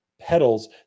petals